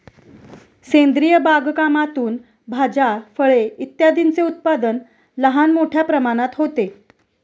सेंद्रिय बागकामातून भाज्या, फळे इत्यादींचे उत्पादन लहान मोठ्या प्रमाणात होते